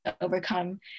overcome